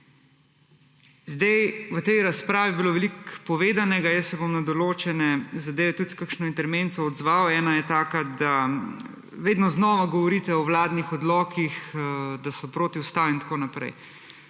Zdaj v tej razpravi je bilo veliko povedanega. Jaz se bom na določene zadeve tudi s kakšno intervenco odzval. Ena je taka, da vedno znova govorite o vladnih odlokih, da so protiustavni in tako naprej.